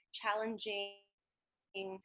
challenging